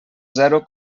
zero